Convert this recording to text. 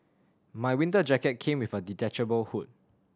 my winter jacket came with a detachable hood